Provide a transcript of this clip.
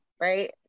Right